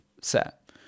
set